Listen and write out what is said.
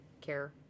care